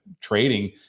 trading